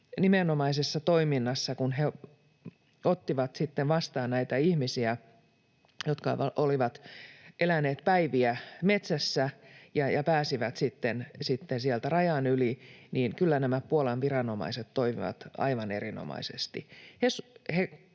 viranomaiset, kun he ottivat sitten vastaan näitä ihmisiä, jotka olivat eläneet päiviä metsässä ja pääsivät sitten sieltä rajan yli, toimivat aivan erinomaisesti: